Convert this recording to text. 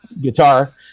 guitar